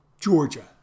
Georgia